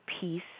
peace